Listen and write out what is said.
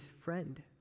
friend